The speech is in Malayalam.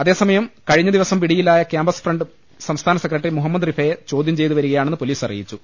അതേസമയം കഴിഞ്ഞ ദിവസം പിടിയിലായ ക്യാമ്പസ് ഫ്രണ്ട് സംസ്ഥാന സെക്രട്ടറി മുഹമ്മദ് റിഫയെ ചോദ്യം ചെയ്തുവരിക യാണെന്ന് പൊലീസ് അറിയിച്ചു